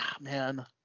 man